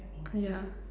ah yeah